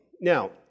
Now